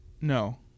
No